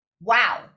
wow